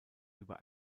über